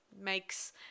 makes